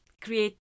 create